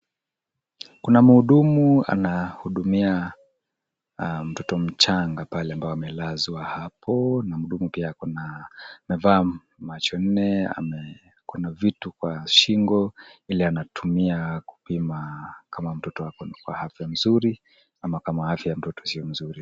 Kuna mhudumu anaahudumiaa mtoto mchanga pale ambapo amelazwa hapoo, na mhudumu pia akonaa, amevaa macho nne na akona vitu kwa shingo ile anatumia kupima kama mtoto akona afya mzuri ama kama afya ya mtoto sio mzuri